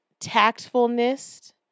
tactfulness